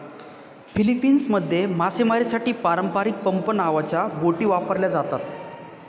फिलीपिन्समध्ये मासेमारीसाठी पारंपारिक पंप नावाच्या बोटी वापरल्या जातात